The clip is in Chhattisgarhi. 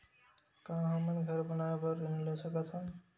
का हमन घर बनाए बार ऋण ले सकत हन?